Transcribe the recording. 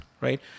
right